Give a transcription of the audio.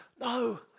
No